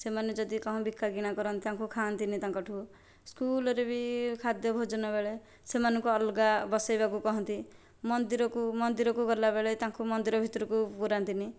ସେମାନେ ଯଦି କ'ଣ ବିକାକିଣା କରନ୍ତି ତାଙ୍କୁ ଖାଆନ୍ତିନି ତାଙ୍କଠାରୁ ସ୍କୁଲରେ ବି ଖାଦ୍ୟ ଭୋଜନ ବେଳେ ସେମାନଙ୍କୁ ଅଲଗା ବସେଇବାକୁ କୁହନ୍ତି ମନ୍ଦିରକୁ ମନ୍ଦିରକୁ ଗଲା ବେଳେ ତାଙ୍କୁ ମନ୍ଦିର ଭିତରକୁ ପୁରାନ୍ତିନି